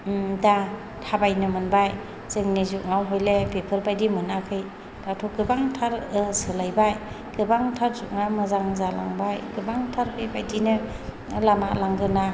दा थाबायनो मोनबाय जोंनि जुगाव हले बेफोरबायदि मोनाखै दाथ' गोबांथार सोलायबाय गोबांथार जुगआ मोजां जालांबाय गोबांथार बेबायदिनो लामा लांगोना